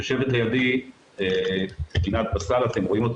יושבת לידי רינת בסל, שתיתן את